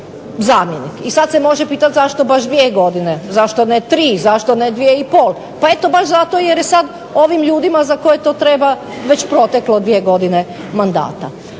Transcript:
I sad se može pitati zašto baš dvije godine, zašto ne tri, zašto ne dvije i pol. Pa eto baš zato jer je sad ovim ljudima za koje to treba već proteklo dvije godine mandata.